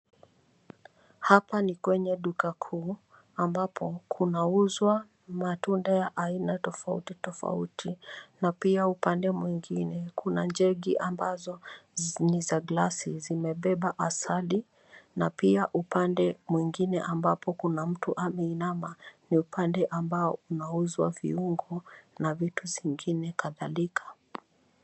Hapa ni kwenye duka kuu ambapo kunauzwa matunda ya aina tofauti tofauti na pia upande mwingine kuna jegi ambazo ni za glasi zimebeba asali na pia upande mwingine ambapo kuna mtu ameinama ni upande ambao unauzwa viungo na vitu zingine kadhalika.